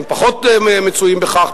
הם פחות מצויים בכך,